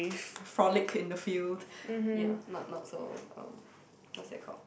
frolic in the field you know not not so um what's that call